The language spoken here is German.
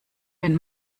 wenn